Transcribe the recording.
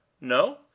No